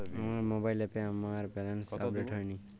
আমার মোবাইল অ্যাপে আমার ব্যালেন্স আপডেট হয়নি